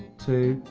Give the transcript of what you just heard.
two,